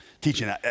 teaching